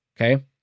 okay